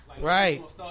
right